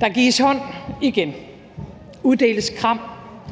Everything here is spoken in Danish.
Der gives hånd igen, uddeles kram,